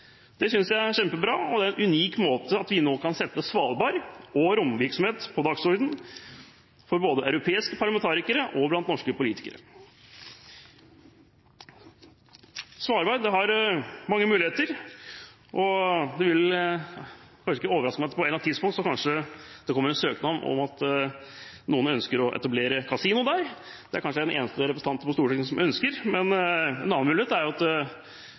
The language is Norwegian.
Det synes jeg er kjempebra, og det er en unik mulighet for nå å kunne sette Svalbard og romvirksomhet på dagsordenen for både europeiske parlamentarikere og norske politikere. Svalbard har mange muligheter, og det vil ikke overraske meg om det på et eller annet tidspunkt kanskje kommer en søknad om å etablere kasino der. Det er jeg kanskje den eneste representanten på Stortinget som ønsker, men en annen mulighet er jo,